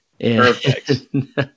Perfect